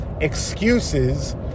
excuses